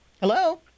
Hello